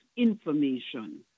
information